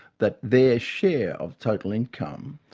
that their share of total income,